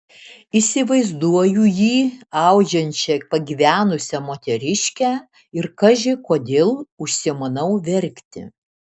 įsivaizduoju jį audžiančią pagyvenusią moteriškę ir kaži kodėl užsimanau verkti